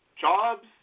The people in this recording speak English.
jobs